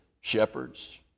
shepherds